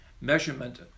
measurement